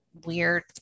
weird